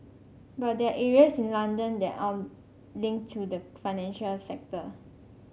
but there are areas in London that aren't linked to the financial sector